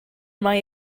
mai